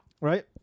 Right